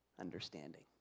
understanding